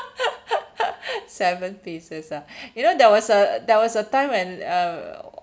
seven pieces ah you know there was a there was a time when uh